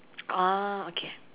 orh okay